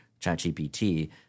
ChatGPT